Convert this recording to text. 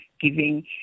giving